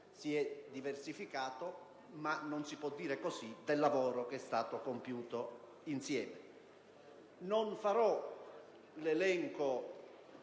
si è diversificato, ma non si può dire così del lavoro che è stato compiuto insieme. Non farò l'elenco